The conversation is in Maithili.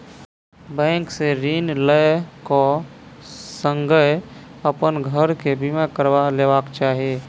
बैंक से ऋण लै क संगै अपन घर के बीमा करबा लेबाक चाही